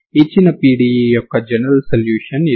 ఇచ్చిన PDE యొక్క general solution ఇది